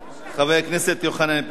של חבר הכנסת יוחנן פלסנר